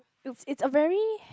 it's it's a very